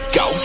go